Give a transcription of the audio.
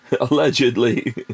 allegedly